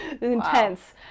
intense